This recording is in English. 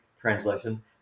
translation